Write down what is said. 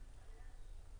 האינטרנט